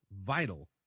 vital